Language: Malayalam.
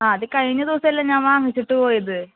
ആ അത് കഴിഞ്ഞ ദിവസമല്ലേ ഞാൻ വാങ്ങിച്ചിട്ടു പോയത്